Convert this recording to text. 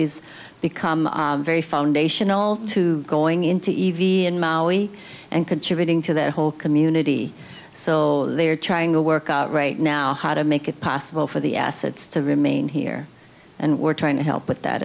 is become very foundational to going into e v in maui and contributing to the whole community so they are trying to work out right now how to make it possible for the assets to remain here and we're trying to help with that